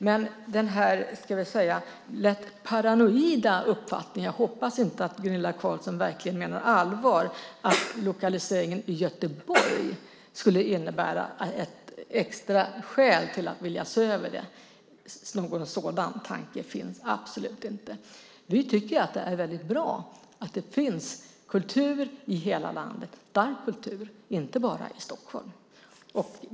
Men när det gäller den här, skulle jag vilja säga, lätt paranoida uppfattningen - jag hoppas att Gunilla Carlsson inte menar allvar - att lokaliseringen i Göteborg skulle innebära ett extra skäl till att man vill se över det, så finns det absolut inte någon sådan tanke. Vi tycker att det är väldigt bra att det finns kultur i hela landet, inte bara i Stockholm.